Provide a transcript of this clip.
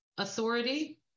authority